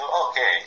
Okay